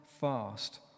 fast